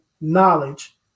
knowledge